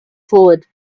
forward